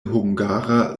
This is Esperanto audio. hungara